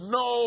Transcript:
no